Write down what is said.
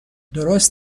درست